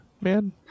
man